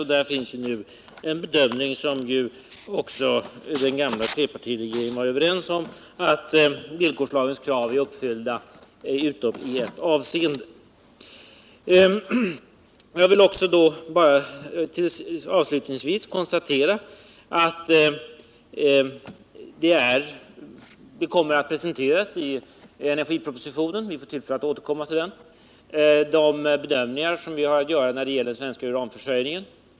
Och i det avseendet förligger nu en bedömning, som också den gamla trepartiregeringen var överens om, nämligen att villkorslagens krav är uppfyllda, utom i ett avseende. Jag vill också avslutningsvis konstatera att vi i energipropositionen, som kammarens ledamöter får tillfälle att återkomma till, gör de bedömningar som vi har att göra när det gäller den svenska uranförsörjningen.